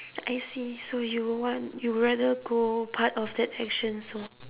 I see so you would want you would rather go part of that action so